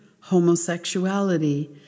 homosexuality